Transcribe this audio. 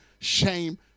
shame